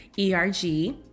ERG